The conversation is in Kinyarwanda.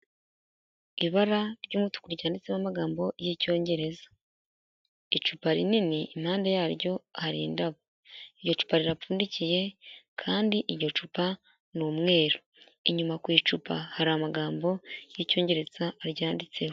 Ibara ry'umutuku ryanditseho amagambo y'Icyongereza, icupa rinini impande yaryo hari indabo, iryo cupa rirapfundikiye kandi iryo cupa ni umweru, inyuma ku icupa hari amagambo y'Icyongereza aryanditseho.